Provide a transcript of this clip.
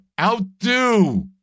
Outdo